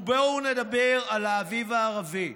בואו נדבר על האביב הערבי.